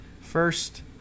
first